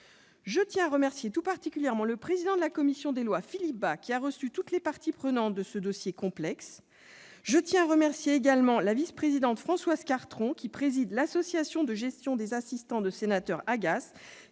Je tiens à remercier tout particulièrement le président de la commission des lois, Philippe Bas, qui a reçu toutes les parties prenantes de ce dossier complexe. Je remercie également la vice-présidente du Sénat, Françoise Cartron, qui préside l'Association de gestion des assistants de sénateurs,